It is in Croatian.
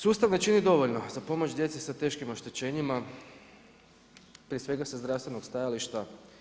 Sustav ne čini dovoljno za pomoć djeci sa teškim oštećenjima, prije svega sa zdravstvenog stajališta.